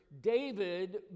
David